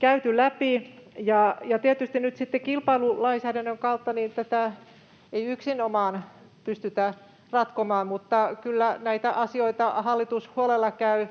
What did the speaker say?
käyty läpi. Ja tietysti nyt sitten kilpailulainsäädännön kautta tätä ei yksinomaan pystytä ratkomaan, mutta kyllä näitä asioita hallitus huolella käy